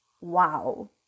Wow